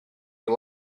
you